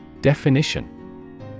Definition